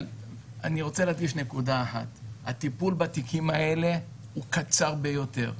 אבל אני רוצה להדגיש נקודה אחת הטיפול בתיקים האלה הוא קצר ביותר,